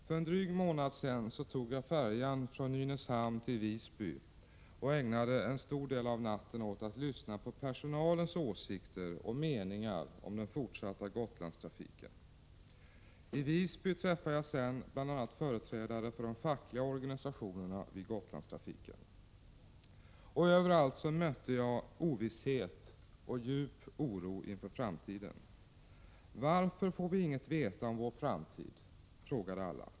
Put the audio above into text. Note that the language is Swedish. För en dryg månad sedan tog jag färjan från Nynäshamn till Visby och ägnade en stor del av natten åt att lyssna på personalens åsikter och meningar om den fortsatta Gotlandstrafiken. I Visby träffade jag sedan bl.a. företrädare för de fackliga organisationerna vid Gotlandstrafiken. Överallt mötte jag ovisshet och djup oro inför framtiden. Varför får vi inget veta om vår framtid, frågade alla.